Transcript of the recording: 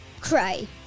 Cray